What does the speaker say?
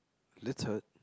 litted